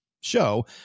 show